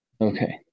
Okay